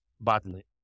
badly